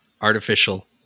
artificial